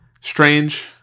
strange